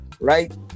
right